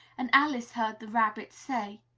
and alice heard the rabbit say,